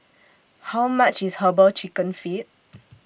How much IS Herbal Chicken Feet